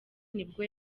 nibwo